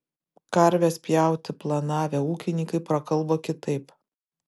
karves pjauti planavę ūkininkai prakalbo kitaip